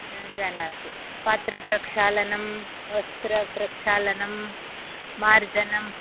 जानाति पात्रप्रक्षालनं वस्त्रप्रक्षालनं मार्जनम्